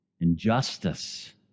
Injustice